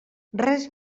res